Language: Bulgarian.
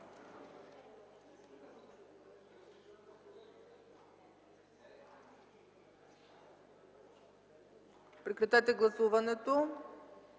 Прекратете гласуването,